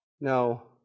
no